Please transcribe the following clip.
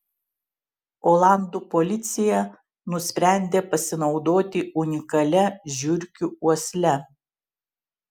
olandų policija nusprendė pasinaudoti unikalia žiurkių uosle